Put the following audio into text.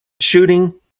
shooting